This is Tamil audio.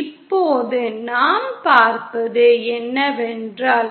இப்போது நாம் பார்ப்பது என்னவென்றால்